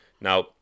now